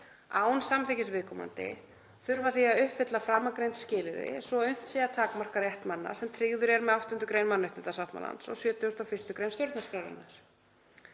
án samþykkis viðkomandi þurfa því að uppfylla framangreind skilyrði svo unnt sé að takmarka rétt manna sem tryggður er með 8. gr. mannréttindasáttmálans og 71. gr. stjórnarskrárinnar.